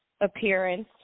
appearance